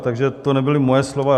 Takže to nebyla moje slova.